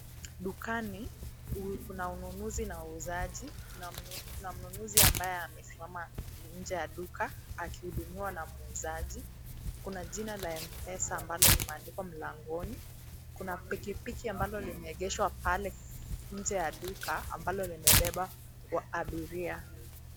Dukani, kuna ununuzi na uuzaji. Kuna mnunuzi ambaye amesimama nje ya duka, akihudumiwa na muuzaji. Kuna duka la M-Pesa ambalo limeandikwa mlangoni, kuna pikipiki imeegeshwa pale nje ya duka, ambalo limebeba abiria